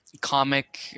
comic